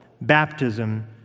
Baptism